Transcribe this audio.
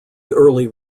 early